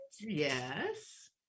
yes